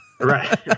Right